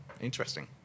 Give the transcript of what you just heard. Interesting